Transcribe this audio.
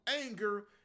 anger